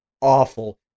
awful